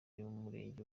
murenge